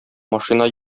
машина